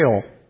fail